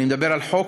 אני מדבר על חוק,